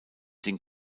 den